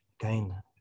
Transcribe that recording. again